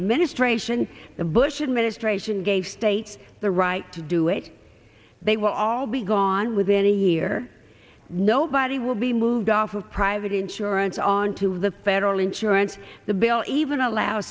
administration the bush administration gave states the right to do it they will all be gone within a year nobody will be moved off of private insurance onto the federal insurance the bill even allow